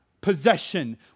possession